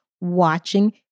watching